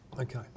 Okay